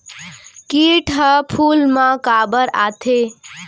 किट ह फूल मा काबर आथे?